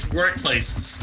workplaces